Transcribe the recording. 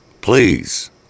Please